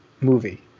movie